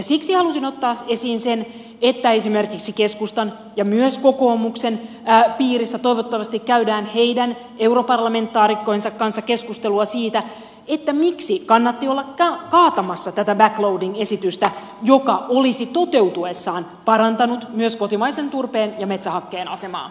siksi halusin ottaa esiin sen että esimerkiksi keskustan ja myös kokoomuksen piirissä toivottavasti käydään heidän europarlamentaarikkojensa kanssa keskustelua siitä miksi kannatti olla kaatamassa tätä backloading esitystä joka olisi toteutuessaan parantanut myös kotimaisen turpeen ja metsähakkeen asemaa